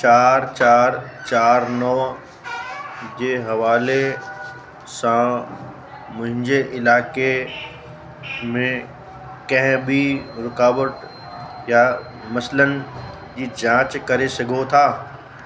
चारि चारि चारि नौ जे हवाले सां मुंहिंजे इलाइक़े में कंहिं बि रुकावट या मसलनि जी जांच करे सघो था